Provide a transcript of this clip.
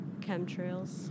Chemtrails